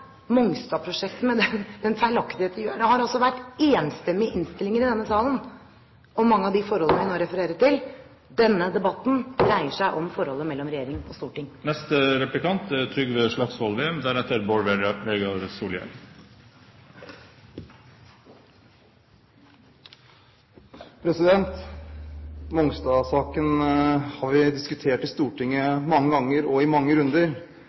med den feilaktighet de gjør. Det har altså vært enstemmige innstillinger i denne salen om mange av de forhold det nå refereres til. Denne debatten dreier seg om forholdet mellom regjering og storting. Mongstad-saken har vi diskutert i Stortinget mange ganger og i mange runder. Det har vært sagt og skrevet ulike ting. Fremskrittspartiet har vært aktive. Senest i